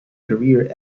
career